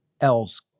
else